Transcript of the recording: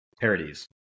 Parodies